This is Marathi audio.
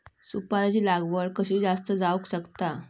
सुपारीची लागवड कशी जास्त जावक शकता?